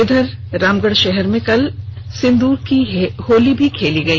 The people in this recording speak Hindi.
वहीं रामगढ़ शहर में कल सिंदूर होली भी खेली गई